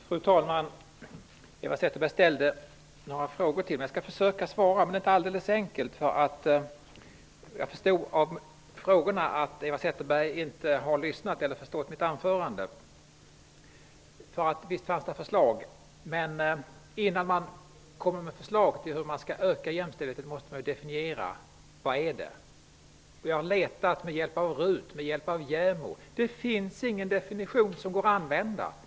Fru talman! Eva Zetterberg ställde några frågor till mig. Jag skall försöka svara, men det är inte alldeles enkelt. Av frågorna förstod jag att Eva Zetterberg inte har lyssnat eller förstått mitt anförande. Visst fanns där förslag. Innan man kommer med förslag till hur man skall öka jämställdheten måste man ju definiera den. Med hjälp av RUT och JämO har jag letat efter en definition, men det finns ingen som går att använda.